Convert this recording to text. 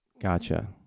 Gotcha